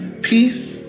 peace